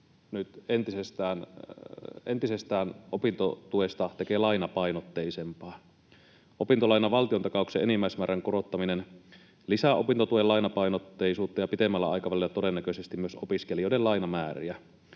entisestään tekee opintotuesta lainapainotteisempaa. Opintolainan valtiontakauksen enimmäismäärän korottaminen lisää opintotuen lainapainotteisuutta ja pitemmällä aikavälillä todennäköisesti myös opiskelijoiden lainamääriä.